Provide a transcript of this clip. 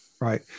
Right